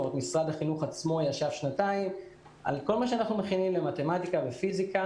משרד החינוך עצמו ישב שנתיים על כל מה שאנחנו מכינים במתמטיקה ופיזיקה.